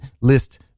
list